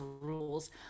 rules